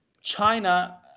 China